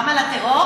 גם על הטרור?